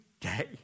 day